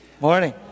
Morning